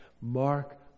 mark